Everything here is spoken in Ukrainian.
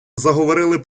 заговорили